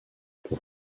pour